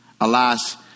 Alas